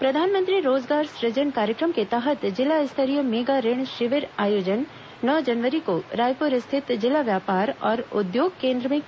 प्र धानमंत्री रोजगार सुजन कार्य क्र म के तहत जिला स्तरीय मेगा ऋण शिविर आयोजन नौ जनवरी को रायपुर स्थित जिला व्यापार और उद्योग कें द्र में किया जाएगा